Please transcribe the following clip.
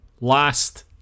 last